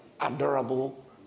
adorable